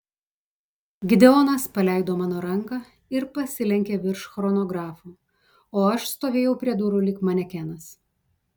gideonas paleido mano ranką ir pasilenkė virš chronografo o aš stovėjau prie durų lyg manekenas